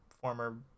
former